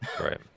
Right